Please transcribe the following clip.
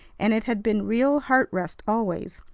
and it had been real heart-rest always,